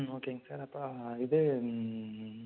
ம் ஓகேங்க சார் அப்றம் இது